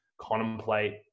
contemplate